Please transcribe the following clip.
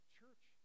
church